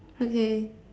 okay